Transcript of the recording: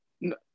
No